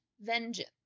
vengeance